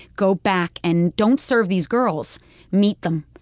go back. and don't serve these girls meet them.